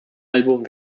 album